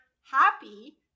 happy